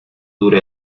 dura